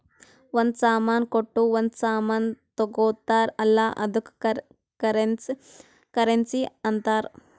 ಒಂದ್ ಸಾಮಾನ್ ಕೊಟ್ಟು ಒಂದ್ ಸಾಮಾನ್ ತಗೊತ್ತಾರ್ ಅಲ್ಲ ಅದ್ದುಕ್ ಕರೆನ್ಸಿ ಅಂತಾರ್